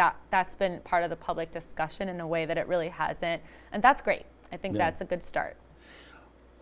that that's been part of the public discussion in a way that it really hasn't and that's great i think that's a good start